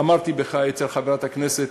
אמרתי אצל חברת הכנסת,